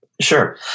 Sure